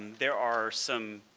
there are some